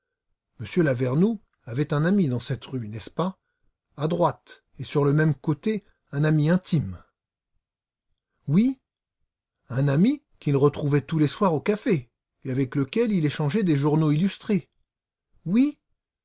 m lavernoux avait un ami dans cette rue n'est-ce pas à droite et sur le même côté un ami intime oui un ami qu'il retrouvait tous les soirs au café et avec lequel il échangeait des journaux illustrés oui